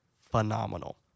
phenomenal